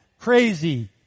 crazy